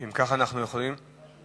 אתה רוצה להשיב?